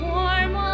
Warm